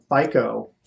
FICO